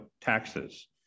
taxes